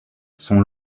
son